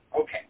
okay